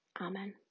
Amen